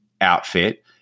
outfit